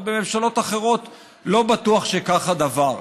ובממשלות אחרות לא בטוח שכך הדבר.